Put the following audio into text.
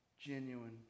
genuine